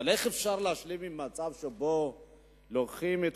איך אפשר להשלים עם המצב שבו לוקחים את